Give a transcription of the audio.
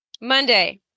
Monday